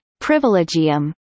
privilegium